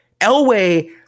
Elway